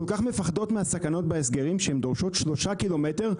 כל כך מפחדות מהסכנות בהסגרים שהן דורשות 3 קילומטר,